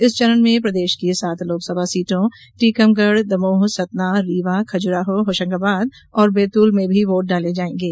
इस चरण में प्रदेश की सात लोकसभा सीटों टीकमगढ़ दमोह सतना रीवा खजुराहों होशंगाबाद और बैतूल में भी वोट डाले जाएंगे